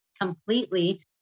completely